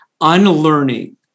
unlearning